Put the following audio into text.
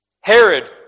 Herod